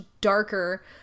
darker